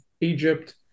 Egypt